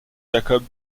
jacob